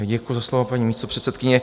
Děkuji za slovo, paní místopředsedkyně.